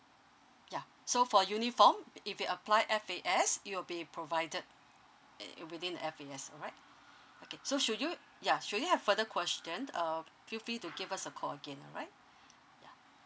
yeah so for uniform if it apply F_A_S it will be provided it within the F_A_S alright okay so should you ya should you have further question uh feel free to give us a call again alright ya